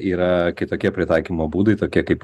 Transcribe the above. yra kitokie pritaikymo būdai tokie kaip